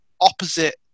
opposite